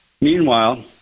Meanwhile